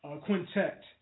quintet